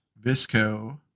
Visco